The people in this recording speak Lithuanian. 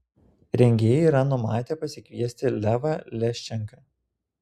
rengėjai yra numatę pasikviesti levą leščenką